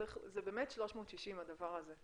זה באמת 360 הדבר הזה,